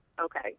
Okay